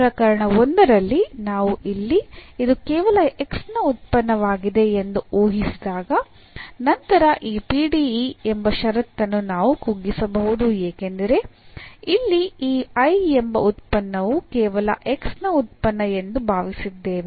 ಪ್ರಕರಣ 1 ರಲ್ಲಿ ನಾವು ಇಲ್ಲಿ ಇದು ಕೇವಲ x ನ ಉತ್ಪನ್ನವಾಗಿದೆ ಎಂದು ಊಹಿಸಿದಾಗ ನಂತರ ಈ PDE ಎಂಬ ಷರತ್ತನ್ನು ನಾವು ಕುಗ್ಗಿಸಬಹುದು ಏಕೆಂದರೆ ಇಲ್ಲಿ ಈ I ಎಂಬ ಉತ್ಪನ್ನವು ಕೇವಲ x ನ ಉತ್ಪನ್ನ ಎಂದು ಭಾವಿಸಿದ್ದೇವೆ